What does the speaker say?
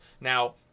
now